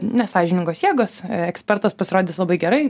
nesąžiningos jėgos ekspertas pasirodys labai gerai